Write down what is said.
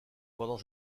pendant